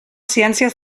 ciències